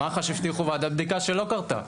מח"ש הבטיחו ועדת בדיקה שלא קרתה.